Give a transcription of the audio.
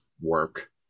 work